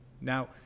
Now